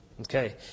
Okay